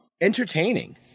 Entertaining